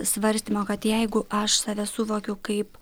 svarstymo kad jeigu aš save suvokiu kaip